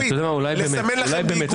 בשקופית לסמן לכם בעיגול.